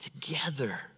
Together